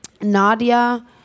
Nadia